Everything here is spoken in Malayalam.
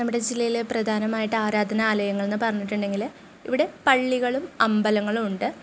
നമ്മുടെ ജില്ലയിലെ പ്രധാനമായിട്ട് ആരാധനാലയങ്ങങ്ങളെന്ന് പറഞ്ഞിട്ടുണ്ടെങ്കിൽ ഇവിടെ പള്ളികളും അമ്പലങ്ങളും ഉണ്ട്